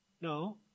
No